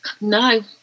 No